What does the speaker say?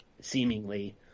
seemingly